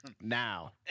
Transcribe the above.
Now